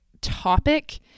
topic